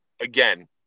Again